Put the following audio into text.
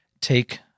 take